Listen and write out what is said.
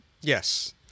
Yes